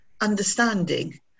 understanding